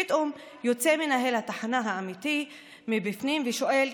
פתאום יוצא מנהל התחנה האמיתי מבפנים, ושואל: